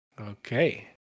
Okay